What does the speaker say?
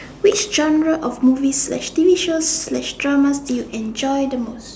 which genre of movies slash T_V shows slash drama do you enjoy the most